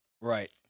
Right